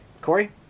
Corey